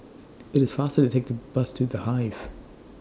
IT IS faster to Take The Bus to The Hive